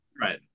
Right